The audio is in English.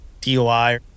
DOI